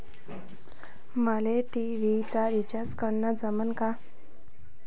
मले टी.व्ही चा रिचार्ज करन जमन का?